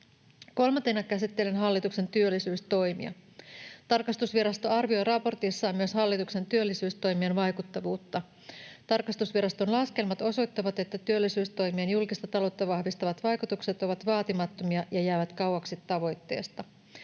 Kolmantena käsittelen hallituksen työllisyystoimia. Tarkastusvirasto arvioi raportissaan myös hallituksen työllisyystoimien vaikuttavuutta. Tarkastusviraston laskelmat osoittavat, että työllisyystoimien julkista taloutta vahvistavat vaikutukset ovat vaatimattomia ja jäävät kauaksi tavoitteesta.